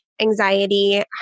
anxiety